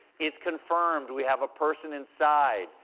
it's confirmed we have a person inside.